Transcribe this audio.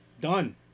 Done